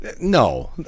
No